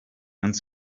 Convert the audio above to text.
and